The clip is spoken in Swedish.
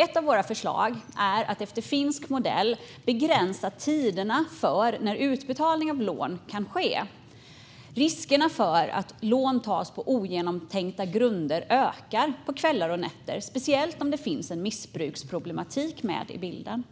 Ett av våra förslag är att efter finsk modell begränsa tiderna för när utbetalning av lån kan ske. Riskerna för att lån tas på ogenomtänkta grunder ökar på kvällar och nätter, speciellt om det finns en missbruksproblematik med i bilden.